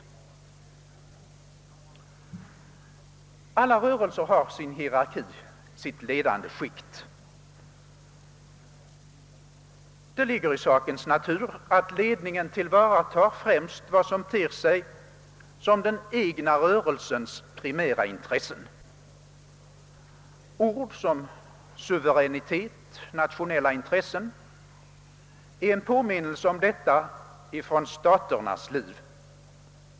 Alla rörelser har sin hierarki, sitt ledande skikt. Det ligger i sakens natur att ledningen tillvaratar främst vad som ter sig som den egna rörelsens primära intressen. Örd som »suveränitet» och »nationella intressen» är en påminnelse om detta ifrån staternas liv.